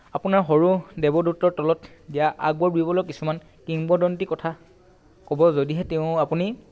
আপোনাৰ সৰু দেৱদত্তৰ তলত দিয়া আকবৰ বীৰবলৰ কিছুমান কিংবদন্তী কথা ক'ব যদিহে তেওঁ আপুনি